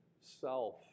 self